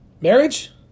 Marriage